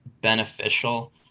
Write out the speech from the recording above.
beneficial